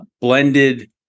blended